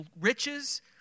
riches